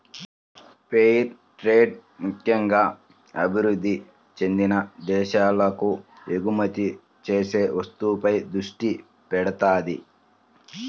fair trade ముక్కెంగా అభివృద్ధి చెందిన దేశాలకు ఎగుమతి చేసే వస్తువులపై దృష్టి పెడతది